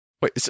Wait